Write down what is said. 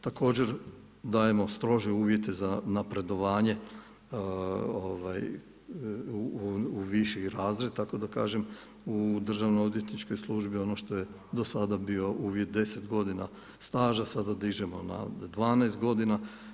Također dajemo strože uvjete za napredovanje u viši razred tako da kažem u državno odvjetničkoj službi, ono što je do sada bio uvid 10 godina staža sada dižemo na 12 godina.